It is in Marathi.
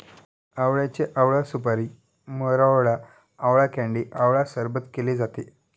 आवळ्याचे आवळा सुपारी, मोरावळा, आवळा कँडी आवळा सरबत केले जाते